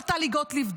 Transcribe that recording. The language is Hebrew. לא טלי גוטליב,